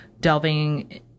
delving